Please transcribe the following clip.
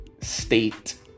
State